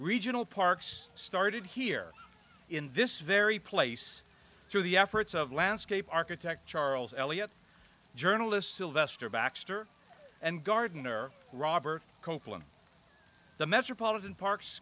regional parks started here in this very place through the efforts of landscape architect charles elliot journalist sylvester baxter and gardener robert copeland the metropolitan parks